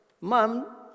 mom